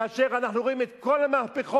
כאשר אנחנו רואים את כל המהפכות,